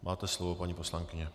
Máte slovo, paní poslankyně.